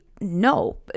No